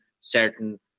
certain